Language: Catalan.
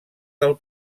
del